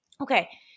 Okay